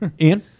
Ian